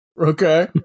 okay